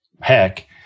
heck